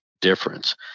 difference